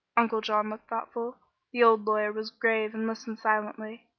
uncle john looked thoughtful the old lawyer was grave and listened silently.